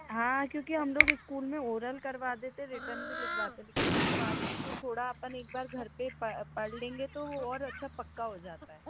हाँ क्योंकि हम लोग इस्कूल मे ओरल करवा देते रिटेन भी लिखवाते लेकिन उसके बाद भी तो थोड़ा अपन एक बार घर पर पढ़ पढ़ लेंगे तो वो और अच्छा पक्का हो जाता है